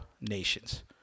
nations